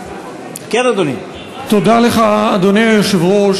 תודה לך, אדוני היושב-ראש.